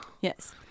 Yes